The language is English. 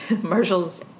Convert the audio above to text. Marshall's